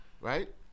Right